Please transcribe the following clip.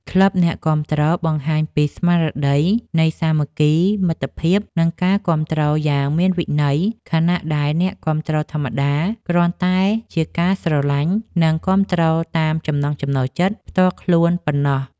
ក្លឹបអ្នកគាំទ្រ បង្ហាញពីស្មារតីសាមគ្គី មិត្តភាព និងការគាំទ្រយ៉ាងមានវិន័យ ខណៈដែលអ្នកគាំទ្រធម្មតា គ្រាន់តែជាការស្រឡាញ់ និងគាំទ្រតាមចំណង់ចំណូលចិត្តផ្ទាល់ខ្លួនប៉ុណ្ណោះ